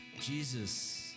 Jesus